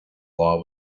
law